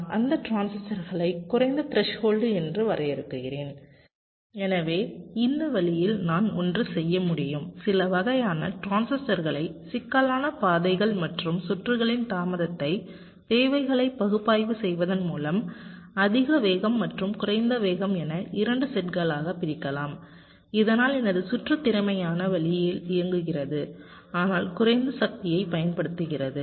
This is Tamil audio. நான் அந்த டிரான்சிஸ்டர்களை குறைந்த த்ரெஸ்ஹோல்டு என்று வரையறுக்கிறேன் எனவே இந்த வழியில் நான் ஒன்று செய்ய முடியும் சில வகையான டிரான்சிஸ்டர்களை சிக்கலான பாதைகள் மற்றும் சுற்றுகளின் தாமதத் தேவைகளை பகுப்பாய்வு செய்வதன் மூலம் அதிக வேகம் மற்றும் குறைந்த வேகம் என 2 செட்களாக பிரிக்கலாம் இதனால் எனது சுற்று திறமையான வழியில் இயங்குகிறது ஆனால் குறைந்த சக்தியை பயன்படுத்துகிறது